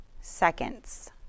seconds